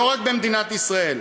לא רק במדינת ישראל.